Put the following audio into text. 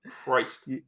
Christ